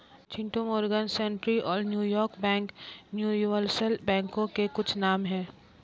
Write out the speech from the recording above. Chintu Morgan Stanley और New York bank universal बैंकों के कुछ नाम है